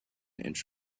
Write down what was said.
inch